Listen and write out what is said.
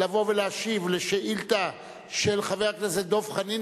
לבוא ולהשיב על שאילתא של חבר הכנסת דב חנין,